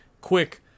quick